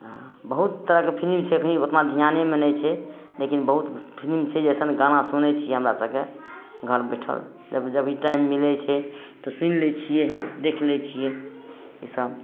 आ बहुत तरह कऽ फिलिम छै एखनि ओतना धिआनेमे नहि छै लेकिन बहुत फिलिम छै जे अइसन गाना सुनै छियै हमरा सबके घर बैठल तब जभी टाइम मिलै छै तऽ सुनि लै छियै देखि लै छियै ई सब